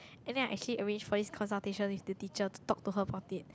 and then I actually arranged for this consultation with the teacher to talk to her about it